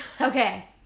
Okay